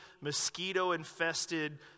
mosquito-infested